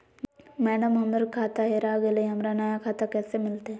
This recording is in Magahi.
मैडम, हमर खाता हेरा गेलई, हमरा नया खाता कैसे मिलते